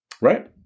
right